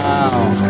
Wow